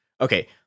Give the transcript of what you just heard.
Okay